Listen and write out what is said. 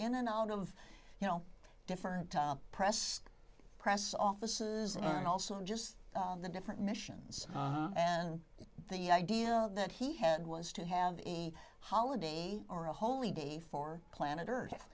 in and out of you know different press press offices and also just the different missions and the idea that he had was to have a holiday or a holy day for planet earth